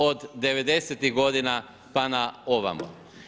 od '90. godina pa na ovamo.